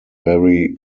very